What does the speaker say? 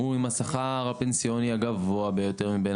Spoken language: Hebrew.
הוא עם השכר הפנסיוני הגבוה ביותר מבין